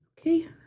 Okay